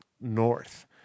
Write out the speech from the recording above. north